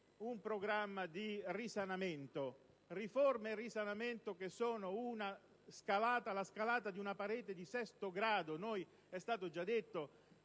un Programma di risanamento. Riforme e risanamento che sono la scalata di una parete di sesto grado. Noi, come è stato già detto,